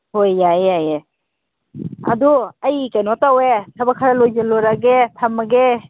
ꯍꯣꯏ ꯌꯥꯏꯌꯦ ꯌꯥꯏꯌꯦ ꯑꯗꯣ ꯑꯩ ꯀꯩꯅꯣ ꯇꯧꯋꯦ ꯊꯕꯛ ꯈꯔ ꯂꯣꯏꯁꯤꯜꯂꯨꯔꯒꯦ ꯊꯝꯃꯒꯦ